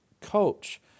coach